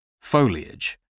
Foliage